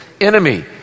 enemy